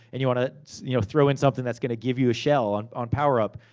and you wanna you know throw in something that's gonna give you a shell on on power up.